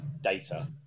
data